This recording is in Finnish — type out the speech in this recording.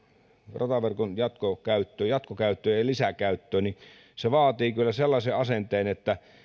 rataverkon jatkokäyttöön jatkokäyttöön ja lisäkäyttöön niin se vaatii kyllä sellaisen asenteen että